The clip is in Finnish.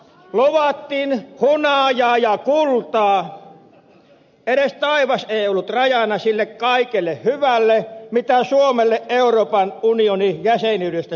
luvattiin hunajaa ja kultaa edes taivas ei ollut rajana sille kaikelle hyvälle mitä suomelle euroopan unionin jäsenyydestä seuraa